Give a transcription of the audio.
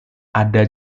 ada